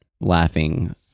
laughing